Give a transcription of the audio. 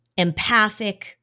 empathic